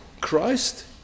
Christ